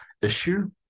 issue